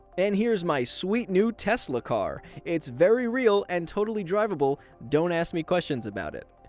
and here's my sweet new tesla car. it's very real and totally drive able. don't ask me questions about it.